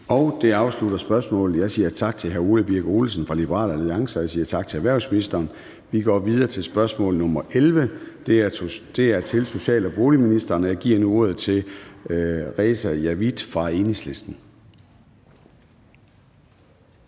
Det afslutter spørgsmålet. Jeg siger tak til hr. Ole Birk Olesen fra Liberal Alliance, og jeg siger tak til erhvervsministeren. Vi går videre til spørgsmål nr. 11, og det er til social- og boligministeren, og jeg giver nu ordet til hr. Reza Javid fra Enhedslisten.